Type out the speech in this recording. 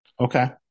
Okay